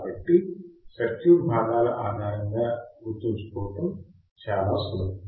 కాబట్టి సర్క్యూట్ భాగాల ఆధారంగా గుర్తుంచుకోవడం చాలా సులభం